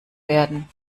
werden